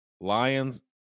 Lions